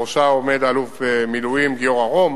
שבראשה עומד האלוף במילואים גיורא רום,